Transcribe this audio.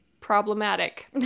Problematic